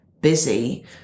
busy